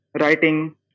writing